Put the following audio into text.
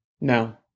No